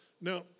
Now